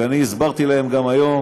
ואני הסברתי להם שגם היום